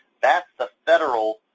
that's the federal